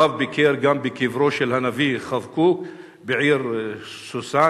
הרב ביקר גם בקברו של הנביא חבקוק בעיר שושן,